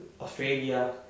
Australia